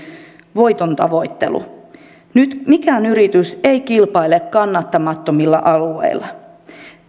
voiton tavoittelu nyt mikään yritys ei kilpaile kannattamattomilla alueilla